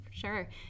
Sure